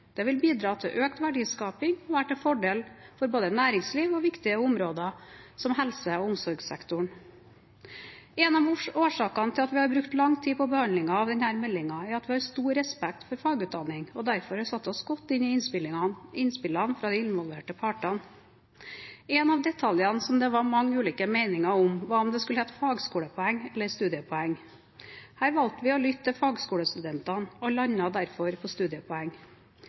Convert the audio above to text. Det vil bidra til økt verdiskaping og være til fordel for både næringsliv og viktige områder som helse- og omsorgssektoren. En av årsakene til at vi har brukt lang tid på behandlingen av denne meldingen, er at vi har stor respekt for fagutdanning og derfor har satt oss godt inn i innspillene fra de involverte partene. En av detaljene som det var mange ulike meninger om, var om det skulle hete «fagskolepoeng» eller «studiepoeng». Her valgte vi å lytte til fagskolestudentene og landet derfor på